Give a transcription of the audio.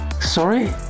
Sorry